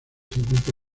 cincuenta